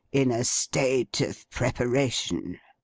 in a state of preparation